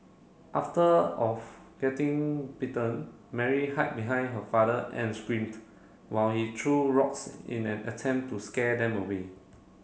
after of getting bitten Mary hide behind her father and screamed while he threw rocks in an attempt to scare them away